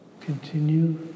Continue